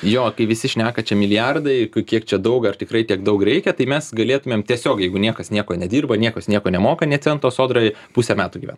jo tai visi šneka čia milijardai kiek čia daug ar tikrai tiek daug reikia tai mes galėtumėm tiesiog jeigu niekas nieko nedirba niekas nieko nemoka nė cento sodrai pusę metų gyvent